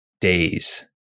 days